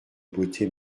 beauté